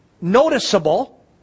noticeable